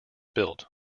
built